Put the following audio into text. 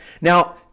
Now